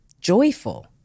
joyful